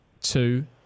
two